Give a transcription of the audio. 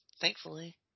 thankfully